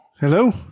Hello